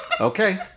Okay